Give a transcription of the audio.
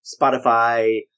Spotify